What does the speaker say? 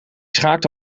schaakte